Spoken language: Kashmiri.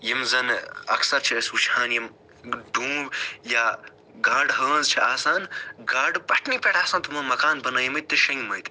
یِم زَن اَکثر چھِ أسۍ وُچھان یِم دوٗم یا گاڈٕ ہٲنٛز چھِ آسان گاڈٕ بَٹھنٕے پٮ۪ٹھ آسان تِمو مکان بنٲیمٕتۍ تہٕ شوٚنٛگمٕتۍ